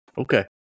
okay